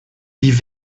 die